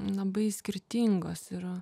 labai skirtingos ir